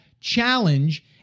challenge